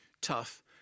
tough